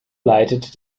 leitete